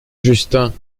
justin